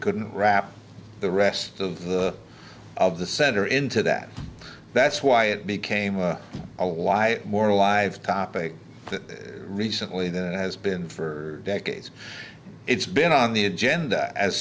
couldn't wrap the rest of the of the center into that that's why it became a lie more live topic recently than it has been for decades it's been on the agenda as